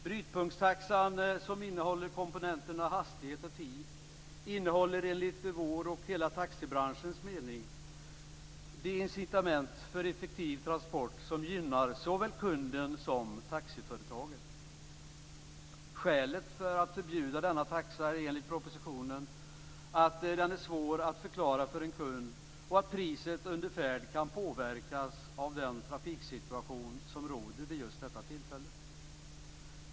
Brytpunktstaxan, som innehåller komponenterna hastighet och tid, innehåller enligt vår och hela taxibranschens mening de incitament för effektiv transport som gynnar såväl kunden som taxiföretagen. Skälet för att förbjuda denna taxa är enligt propositionen att den är svår att förklara för en kund och att priset under färd kan påverkas av den trafiksituation som råder vid just detta tillfälle.